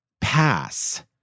pass